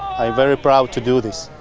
i'm very proud to do this.